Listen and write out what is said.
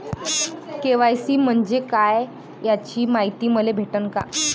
KYC म्हंजे काय याची मायती मले भेटन का?